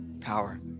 power